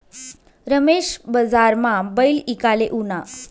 रमेश बजारमा बैल ईकाले ऊना